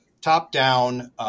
top-down